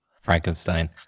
Frankenstein